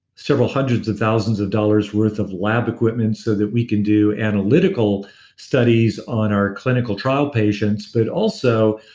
several hundreds of thousands of dollar's worth of lab equipment so that we can do analytical studies on our clinical trial patients. but also,